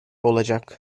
olacak